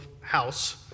house